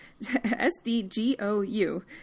SDGOU